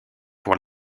pour